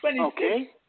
Okay